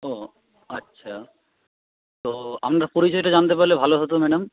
ও আচ্ছা তো আপনার পরিচয়টা জানতে পারলে ভালো হতো ম্যাডাম